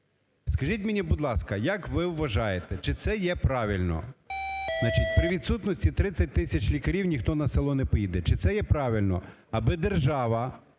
Скажіть мені, будь ласка, як ви вважаєте чи це є правильно. Значить, при відсутності 30 тисяч лікарів ніхто на село не поїде, чи це є правильно аби держава